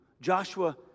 Joshua